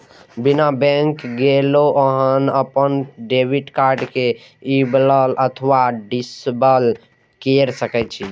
बिना बैंक गेलो अहां अपन डेबिट कार्ड कें इनेबल अथवा डिसेबल कैर सकै छी